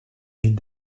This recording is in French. ville